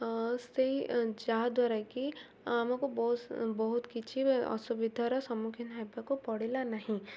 ସେଇ ଯାହାଦ୍ୱାରା କି ଆମକୁ ବହୁତ କିଛି ଅସୁବିଧାର ସମ୍ମୁଖୀନ ହେବାକୁ ପଡ଼ିଲା ନାହିଁ